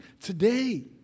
today